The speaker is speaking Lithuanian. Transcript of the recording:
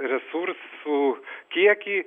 resursų kiekį